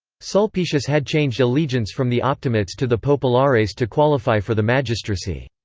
sulpicius had changed allegiance from the optimates to the populares to qualify for the magistracy.